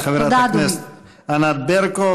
תודה לחברת הכנסת ענת ברקו.